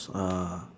uh